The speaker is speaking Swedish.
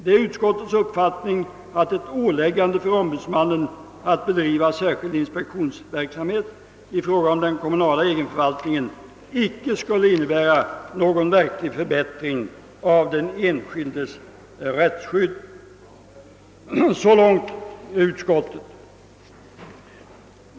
Det är utskottets uppfattning att ett åläggande för ombudsmännen att bedriva särskild inspektionsverksamhet i fråga om den kommunala egenförvaltningen inte skulle innebära någon verklig förbättring av de enskildas rättsskydd.» Så långt utskottsmajoriteten.